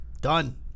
Done